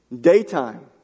Daytime